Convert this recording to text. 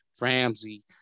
Ramsey